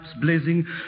blazing